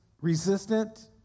resistant